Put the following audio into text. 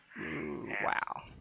Wow